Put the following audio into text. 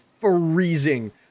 freezing